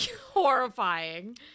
Horrifying